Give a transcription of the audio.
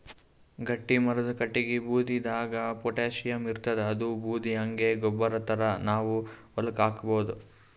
ಗಟ್ಟಿಮರದ್ ಕಟ್ಟಗಿ ಬೂದಿದಾಗ್ ಪೊಟ್ಯಾಷಿಯಂ ಇರ್ತಾದ್ ಅದೂ ಬೂದಿ ಹಂಗೆ ಗೊಬ್ಬರ್ ಥರಾ ನಾವ್ ಹೊಲಕ್ಕ್ ಹಾಕಬಹುದ್